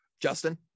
Justin